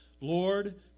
Lord